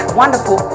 wonderful